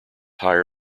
higher